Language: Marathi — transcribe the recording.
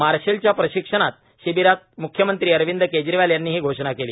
मार्शलच्या प्रशिक्षण शिबिरात मुख्यमंत्री अरविंद केजरीवाल यांनी ही घोषणा केली